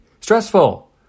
stressful